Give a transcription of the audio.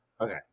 Okay